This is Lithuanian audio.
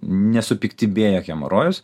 nesupiktybėja hemorojus